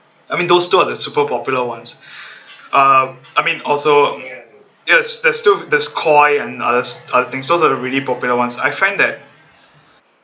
I mean those two are the super popular ones uh I mean also yes there's still there's Koi and others uh I think so that are really popular ones I find that